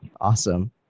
Awesome